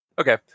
Okay